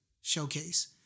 showcase